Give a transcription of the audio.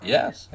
Yes